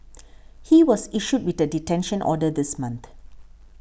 he was issued with a detention order this month